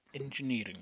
engineering